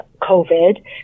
COVID